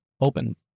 Open